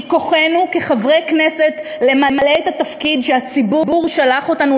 מכוחנו כחברי כנסת למלא את התפקיד שהציבור שלח אותנו